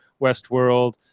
Westworld